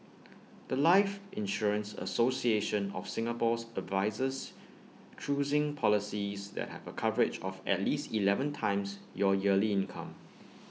The Life insurance association of Singapore's advises choosing policies that have A coverage of at least Eleven times your yearly income